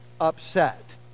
upset